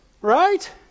Right